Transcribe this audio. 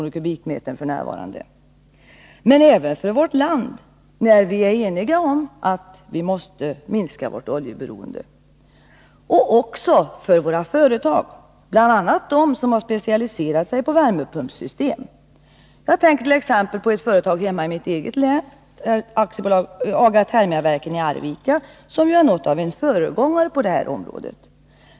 per kubikmeter — men även för vårt land, eftersom vi är eniga om att vi måste minska vårt oljeberoende, och för våra företag, bl.a. för dem som har specialiserat sig på värmepumpsystem. Jag tänker t.ex. på ett företag i mitt eget län, AGA-Thermia-Verken i Arvika, som är något av föregångare på området.